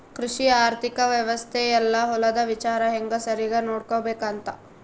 ಕೃಷಿ ಆರ್ಥಿಕ ವ್ಯವಸ್ತೆ ಯೆಲ್ಲ ಹೊಲದ ವಿಚಾರ ಹೆಂಗ ಸರಿಗ ನೋಡ್ಕೊಬೇಕ್ ಅಂತ